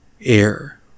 air